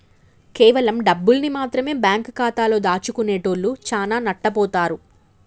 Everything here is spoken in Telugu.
కేవలం డబ్బుల్ని మాత్రమె బ్యేంకు ఖాతాలో దాచుకునేటోల్లు చానా నట్టబోతారు